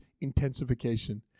intensification